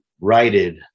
righted